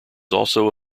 also